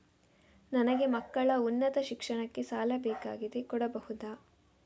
ನನಗೆ ಮಕ್ಕಳ ಉನ್ನತ ಶಿಕ್ಷಣಕ್ಕೆ ಸಾಲ ಬೇಕಾಗಿದೆ ಕೊಡಬಹುದ?